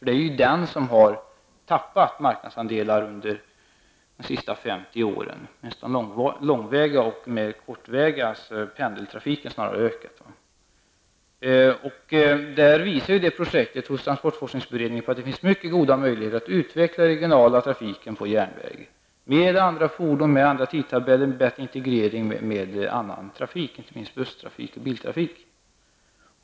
Det är den som har tappat marknadsandelar under de senaste femtio åren, medan den långväga trafiken och den mer kortväga -- pendeltrafiken -- snarare har ökat. Det projektet visar att det finns mycket goda möjligheter att utveckla den regionala trafiken på järnväg -- med andra fordon, med andra tidtabeller, med bättre integrering med annan trafik, inte minst busstrafik och biltrafik.